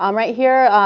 um right here,